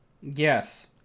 Yes